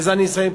בזה אני אסיים,